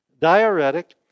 Diuretic